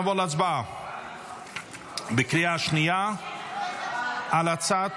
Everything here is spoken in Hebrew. נעבור להצבעה בקריאה השנייה על הצעת